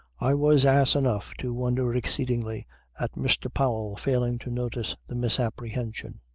i was ass enough to wonder exceedingly at mr. powell failing to notice the misapprehension.